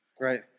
right